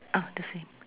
ah the same